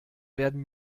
werden